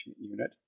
unit